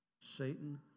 Satan